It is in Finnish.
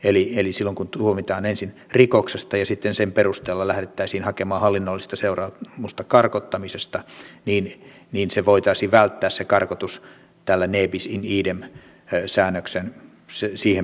eli silloin kun tuomitaan ensin rikoksesta ja sitten sen perusteella lähdettäisiin hakemaan hallinnollista seuraamusta karkottamisesta voitaisiin välttää se karkotus tällä ne bis in idem säännöksellä perustellen